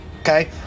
Okay